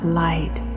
light